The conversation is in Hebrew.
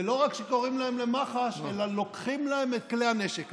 ולא רק שקוראים להם למח"ש אלא לוקחים להם את כלי הנשק.